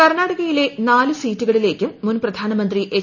കർണാടകയിലെ നാല് സീറ്റുക്ളില്ലേ്ക്കും മുൻ പ്രധാനമന്ത്രി എച്ച്